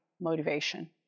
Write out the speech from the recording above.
motivation